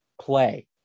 play